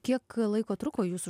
kiek laiko truko jūsų